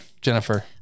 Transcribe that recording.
Jennifer